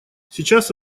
сейчас